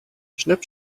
schnipp